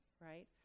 Right